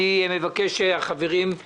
אני מבקש לתת רשות דיבור לחברים שנרשמו,